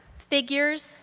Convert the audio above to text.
figures,